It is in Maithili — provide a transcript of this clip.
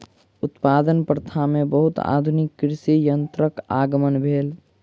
उत्पादन प्रथा में बहुत आधुनिक कृषि यंत्रक आगमन भेल